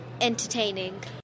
entertaining